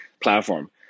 platform